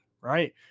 right